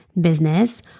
business